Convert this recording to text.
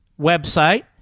website